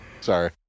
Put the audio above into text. Sorry